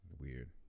weird